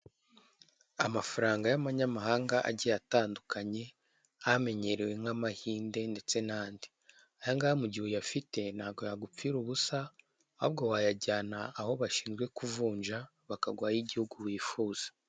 Amafaranga y'amanyamahanga agiye atandukanye amenyerewe nk'amahinde ndetse n'andi, ayangaya mu gihe uyafite ntago yagupfira ubusa ahubwo wayajyana aho bashinzwe kuvunja bakaguha ay'igihugu wifuza.